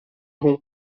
hong